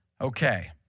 Okay